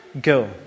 go